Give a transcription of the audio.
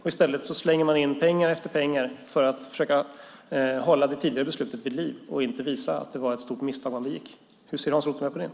I stället slänger man in mer och mer pengar för att försöka hålla det tidigare beslutet vid liv och inte visa att det var ett stort misstag man begick. Hur ser Hans Rothenberg på detta?